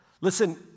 Listen